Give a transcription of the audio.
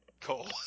Cole